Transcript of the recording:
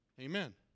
Amen